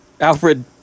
Alfred